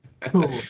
Cool